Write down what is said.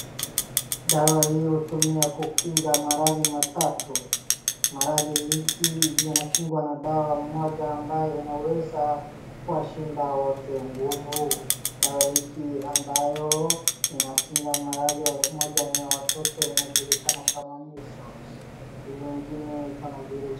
Dawa hii hutumiwa kukinga maradhi tatu, maradhi hizi zinakingwa na dawa moja ambayo inaweza kuwashinda wote nguvu, dawa hii ambayo inakinga maradhi ambayo moja ni ya watoto inajulikana kama Measles na ingine iko na virusi.